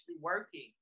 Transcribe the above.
working